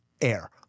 air